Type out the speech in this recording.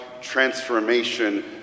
Transformation